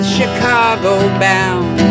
Chicago-bound